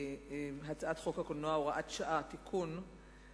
הצעת חוק הקולנוע (הוראת שעה) (תיקון),